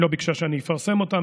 היא לא ביקשה שאני אפרסם אותם.